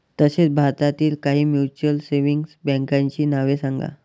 तसेच भारतातील काही म्युच्युअल सेव्हिंग बँकांची नावे सांगा